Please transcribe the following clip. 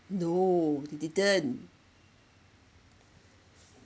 no they didn't